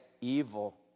evil